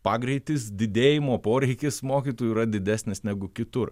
pagreitis didėjimo poreikis mokytojų yra didesnis negu kitur